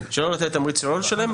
שלא לתת תמריץ שלא לשלם.